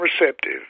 receptive